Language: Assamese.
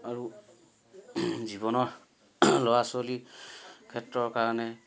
আৰু জীৱনৰ ল'ৰা ছোৱালীৰ ক্ষেত্ৰৰ কাৰণে